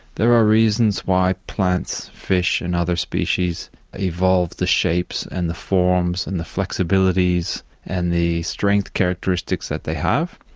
there are reasons why plants, fish and other species evolved the shapes and the forms and the flexibilities and the strength characteristics that they have.